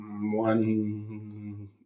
one